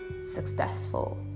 successful